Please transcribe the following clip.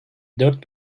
dört